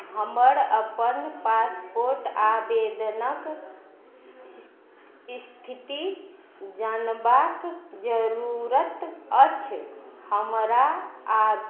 हमर अपन पासपोर्ट आवेदनक स्थिति जानबाक जरूरत अछि हमरा आ